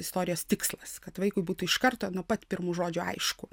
istorijos tikslas kad vaikui būtų iš karto nuo pat pirmų žodžių aišku